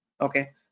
okay